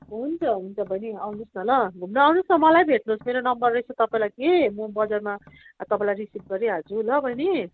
हुन्छ हुन्छ बहिनी आउनुहोस् न ल घुम्न आउनुबोस् न मलाई भेट्नुहोस मेरो नम्बर रहेछ तपाईँलाई कि म बजारमा तपाईँलाई रिसिभ गरिहाल्छु ल बहिनी